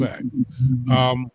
back